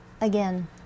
again